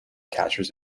catchers